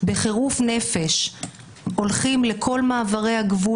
בחירוף נפש הם הולכים לכל מעברי הגבול